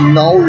no